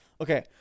Okay